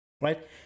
right